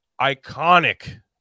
iconic